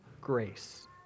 grace